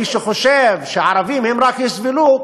מי שחושב שרק הערבים יסבלו,